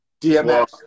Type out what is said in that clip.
DMX